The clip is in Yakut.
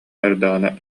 эрдэҕинэ